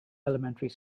elementary